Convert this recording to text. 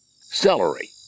celery